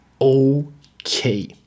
okay